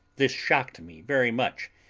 this shocked me very much,